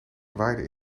waaide